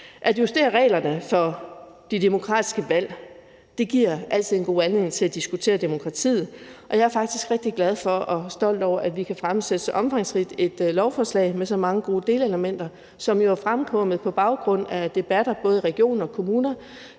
At justere reglerne for de demokratiske valg giver altid en god anledning til at diskutere demokratiet, og jeg er faktisk rigtig glad for og stolt over, at vi kan fremsætte så omfangsrigt et lovforslag med så mange gode delelementer, som jo er fremkommet på baggrund af debatter både i regioner, i kommuner